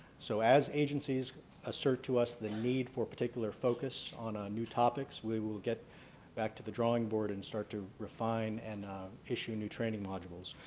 so as agencies assert to us the need for particular focus on new topics we will get back to the drawing board and start to refine and issue new training modules.